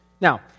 Now